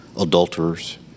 adulterers